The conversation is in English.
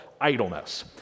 idleness